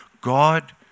God